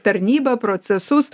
tarnybą procesus